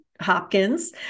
Hopkins